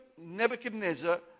Nebuchadnezzar